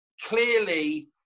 clearly